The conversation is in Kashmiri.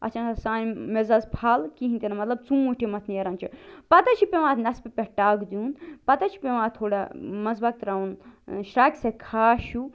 اَتھ چھُنہٕ آسان سانہِ مِزازٕ پھل کِہیٖنۍ تہِ نہٕ مطلب ژونٛٹھۍ یِم اَتھ نیران چھِ پتہٕ حظ چھُ پیٚوان اَتھ نیٚصبہٕ پٮ۪ٹھ ٹَکھ دیٛن پتہٕ حظ چھُ پیٚوان اتھ تھوڑا منٛز باغ ترٛاوُن ٲں شرٛاقہِ سۭتۍ خاش ہیٛو